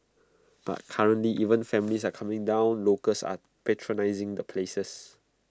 but currently even families are coming down locals are patronising the places